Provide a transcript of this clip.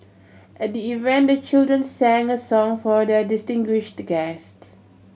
at the event the children sang a song for their distinguished guest